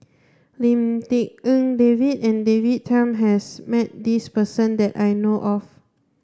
Lim Tik En David and David Tham has met this person that I know of